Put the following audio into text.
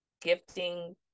gifting